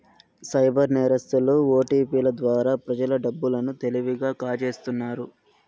cyber నేరస్తులు ఓటిపిల ద్వారా ప్రజల డబ్బు లను తెలివిగా కాజేస్తున్నారు